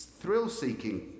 thrill-seeking